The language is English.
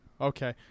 Okay